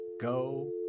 go